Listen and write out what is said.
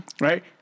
right